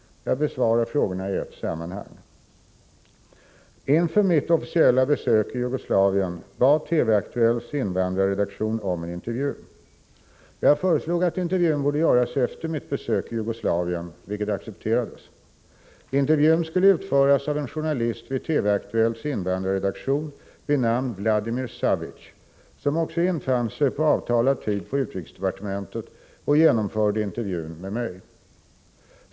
Jag besvarar frågorna i ett sammanhang. Inför mitt officiella besök i Jugoslavien bad TV-Aktuellts invandrarredaktion om en intervju. Jag sade att intervjun borde göras efter mitt besök i Jugoslavien, vilket accepterades. Intervjun skulle utföras av en journalist vid TV-Aktuellts invandrarredaktion vid namn Vladimir Savic, vilken också infann sig på avtalad tid på utrikesdepartementet och genomförde intervjun med mig.